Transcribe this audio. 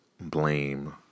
blame